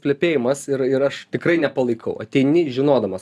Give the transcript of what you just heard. plepėjimas ir ir aš tikrai nepalaikau ateini žinodamas